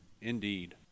Indeed